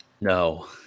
No